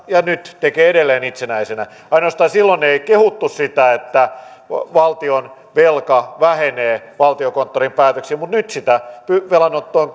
ja nyt tekee edelleen itsenäisenä ainoastaan silloin ei kehuttu sitä että valtionvelka vähenee valtiokonttorin päätöksillä mutta nyt sitä velanoton